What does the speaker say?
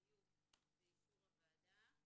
יהיה באישור הוועדה.